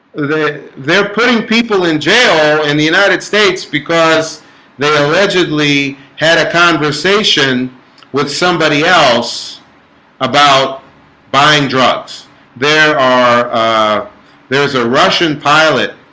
the they're putting people in jail in the united states because they allegedly had a conversation with somebody else about buying drugs there are there's a russian pilot.